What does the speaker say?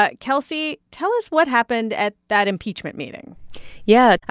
ah kelsey, tell us what happened at that impeachment meeting yeah.